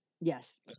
yes